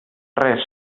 res